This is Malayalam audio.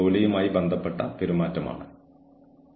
തുടർന്ന് ബന്ധപ്പെട്ട കക്ഷികളുടെ പെരുമാറ്റം നിരീക്ഷിക്കുക